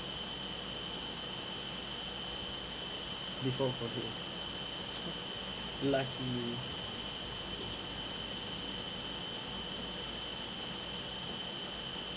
before COVID lucky